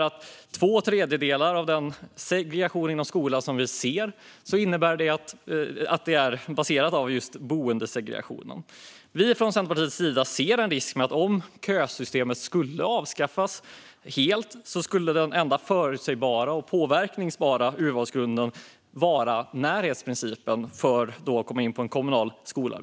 Två tredjedelar av den segregation som vi ser inom skolan är baserad på just boendesegregation. Från Centerpartiets sida ser vi en risk om kösystemet helt skulle avskaffas. Då skulle den enda förutsägbara och påverkbara urvalsgrunden vara närhetsprincipen när det handlar om en kommunal skola.